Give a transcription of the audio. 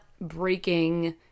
breaking